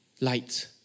light